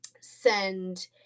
send